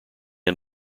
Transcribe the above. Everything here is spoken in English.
end